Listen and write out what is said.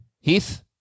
Heath